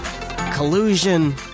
Collusion